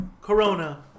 corona